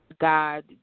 God